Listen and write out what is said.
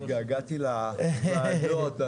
התגעגעתי לוועדה הזאת,